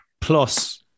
plus